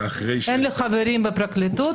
אין לי חברים בפרקליטות,